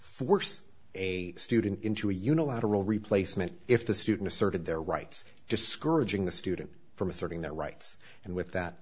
worse a student into a unilateral replacement if the student asserted their rights discouraging the student from asserting their rights and with that